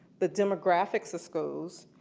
the demographics of schools,